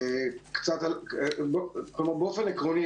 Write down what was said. באופן עקרוני,